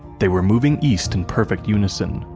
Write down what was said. they were moving east in perfect unison,